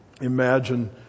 Imagine